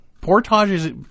Portages